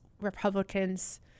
Republicans